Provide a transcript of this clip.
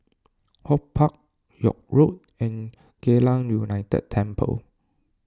HortPark York Road and Geylang United Temple